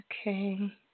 Okay